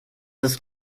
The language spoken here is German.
ist